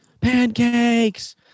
Pancakes